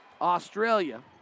Australia